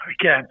again